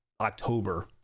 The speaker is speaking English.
October